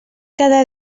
cada